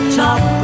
top